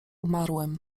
umarłym